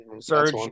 Serge